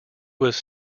was